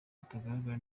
itagaragara